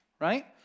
Right